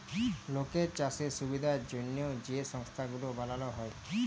লকের চাষের সুবিধার জ্যনহে যে সংস্থা গুলা বালাল হ্যয়